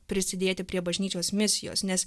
prisidėti prie bažnyčios misijos nes